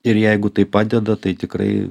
ir jeigu tai padeda tai tikrai